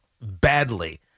badly